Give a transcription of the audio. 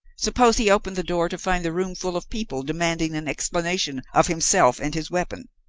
supposing he opened the door to find the room full of people demanding an explanation of himself and his weapon?